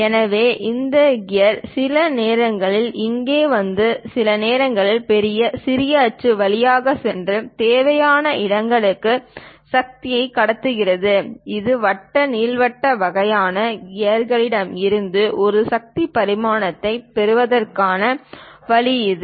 எனவே இந்த கிரக கியர் சில நேரங்களில் இங்கே வந்து சில நேரங்களில் பெரிய சிறிய அச்சு வழியாக சென்று தேவையான இடங்களுக்கு சக்தியை கடத்துகிறது இந்த வட்ட நீள்வட்ட வகையான கியர்களிடமிருந்து ஒரு சக்தி பரிமாற்றத்தைப் பெறுவதற்கான வழி இது